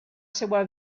seva